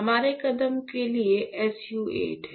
हमारे कदम के लिए SU 8 है